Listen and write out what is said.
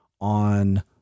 on